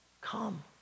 Come